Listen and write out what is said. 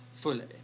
fully